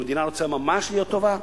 אם המדינה רוצה ממש להיות טובה,